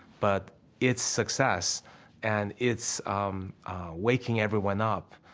but its success and its waking everyone up,